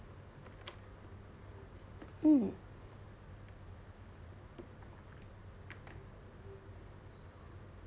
mm